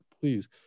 please